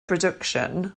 production